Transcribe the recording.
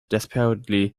desperately